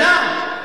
שנה?